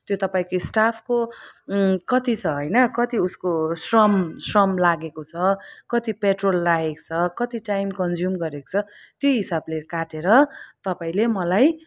त्यो तपाईँको स्टाफको कति छ होइन कति उसको श्रम श्रम लागेको छ कति पेट्रोल लागेको छ कति टाइम कन्ज्युम गरेको छ त्यही हिसाबले काटेर तपाईँले मलाई